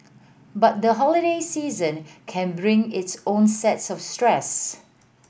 but the holiday season can bring its own set of stress